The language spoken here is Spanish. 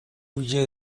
huye